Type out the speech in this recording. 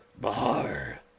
Bahar